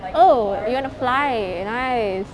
oh you wanna fly nice